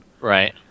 Right